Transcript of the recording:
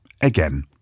Again